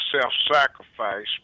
self-sacrifice